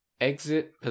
exit